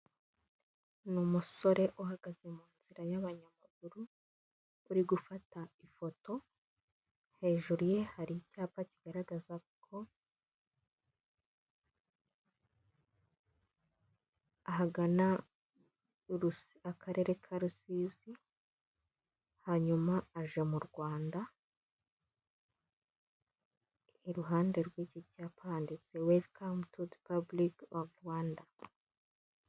Ni umusore uhagaze mu nzira y'abanyamaguru uri gufata ifoto, hejuru ye hari icyapa kigaragaza ko ahagana mu akarere ka rusizi hanyuma aje mu Rwanda iruhande rw'iki cyapa handitse welikamutu repuburice of Rwanda.